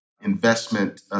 investment